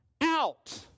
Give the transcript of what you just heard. out